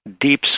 deep